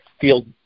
field